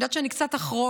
אני יודעת שאני קצת אחרוג,